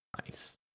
nice